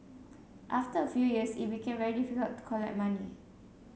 after a few years it became very difficult to collect money